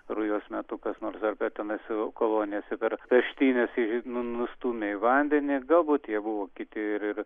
rujos metu kas nors ar per tenais kolonijose per peštynes nu nustūmė į vandenį galbūt jie buvo kiti ir